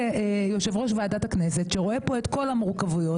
כיושב-ראש ועדת הכנסת רואה את כל המורכבויות,